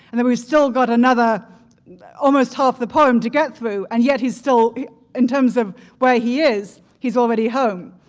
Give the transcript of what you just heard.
and and we've still got another almost half the poem to get through and yet he's still in terms of where he is, he's already home.